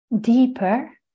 deeper